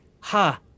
ha